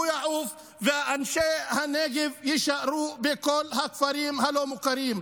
ואנשי הנגב יישארו בכל הכפרים הלא-מוכרים.